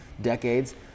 decades